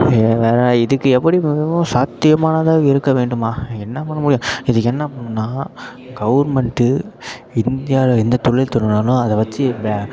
வேறு இதுக்கு எப்படி மிகவும் சாத்தியமானதாக இருக்க வேண்டுமா என்ன பண்ண முடியும் இதுக்கு என்ன பண்ணுன்னால் கவர்மெண்ட்டு இந்தியாவில் எந்த தொழில் தொடங்கினாலும் அதை வச்சு ப